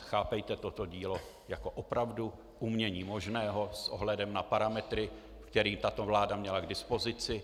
Chápejte toto dílo opravdu jako umění možného s ohledem na parametry, které tato vláda měla k dispozici.